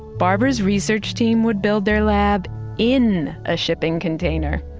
barbara's research team would build their lab in a shipping container.